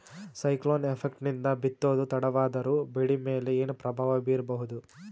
Cyclone effect ನಿಂದ ಬಿತ್ತೋದು ತಡವಾದರೂ ಬೆಳಿ ಮೇಲೆ ಏನು ಪ್ರಭಾವ ಬೀರಬಹುದು?